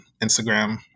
Instagram